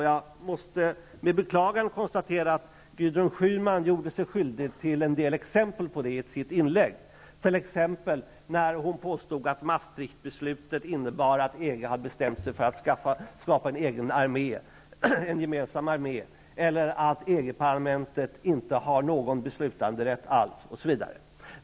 Jag måste med beklagande konstatera att Gudrun Schyman gjorde sig skyldig till en del sådant i sitt inlägg, t.ex. när hon påstod att Maastrichtbeslutet innebar att EG länderna hade bestämt sig för att skapa en gemensam armé eller att EG-parlamenet inte hade någon beslutanderätt.